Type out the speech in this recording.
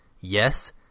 Yes